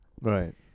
right